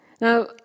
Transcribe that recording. Now